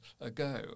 ago